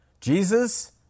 Jesus